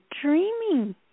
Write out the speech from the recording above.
dreaming